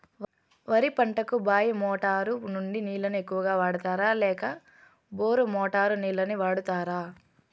వరి పంటకు బాయి మోటారు నుండి నీళ్ళని ఎక్కువగా వాడుతారా లేక బోరు మోటారు నీళ్ళని వాడుతారా?